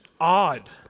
odd